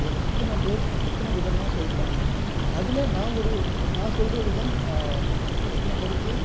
எத்தனை பேர் எத்தனை விதமான சொல்கிறாங்க அதில் நான் ஒரு நான் சொல்கிற விதம் எத்தனை பேருக்கு